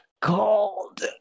called